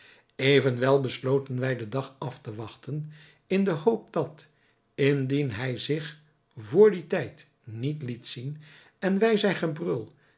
evenwel besloten wij den dag af te wachten in de hoop dat indien hij zich vr dien tijd niet liet zien en wij zijn gebrul